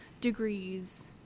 degrees